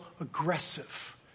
aggressive